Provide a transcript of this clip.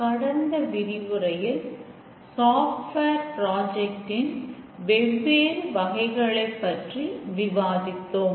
கடந்த விரிவுரையில் software project ன் வெவ்வேறு வகைகளைபற்றி விவாதித்தோம்